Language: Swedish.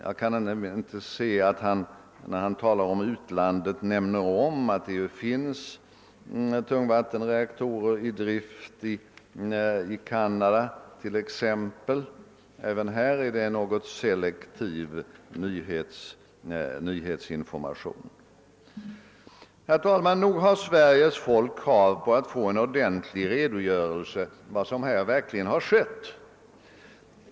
Jag kan inte se att han när han talar om utlandet ens nämner att det finns tungvattenreaktorer i drift t.ex. i Canada. Även här är det en något selektiv nyhetsinformation vi får. Nog har Sveriges folk rätt att ställa krav på att få en ordentlig redogörelse för vad som verkligen har skett.